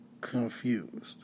confused